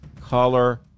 color